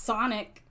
Sonic